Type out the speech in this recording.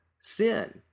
sin